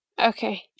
Okay